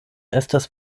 estas